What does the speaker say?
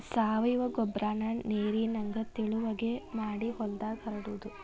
ಸಾವಯುವ ಗೊಬ್ಬರಾನ ನೇರಿನಂಗ ತಿಳುವಗೆ ಮಾಡಿ ಹೊಲದಾಗ ಹರಡುದು